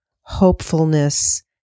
hopefulness